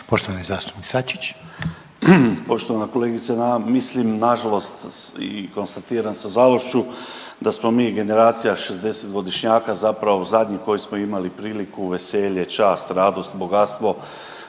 Poštovani zastupnik Sačić.